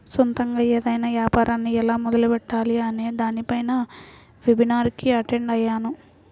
సొంతగా ఏదైనా యాపారాన్ని ఎలా మొదలుపెట్టాలి అనే దానిపై వెబినార్ కి అటెండ్ అయ్యాను